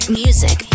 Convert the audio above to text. music